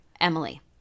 emily